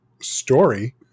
story